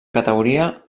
categoria